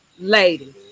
Ladies